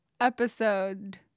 episode